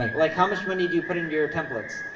like how much money do you put into your templates?